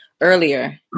earlier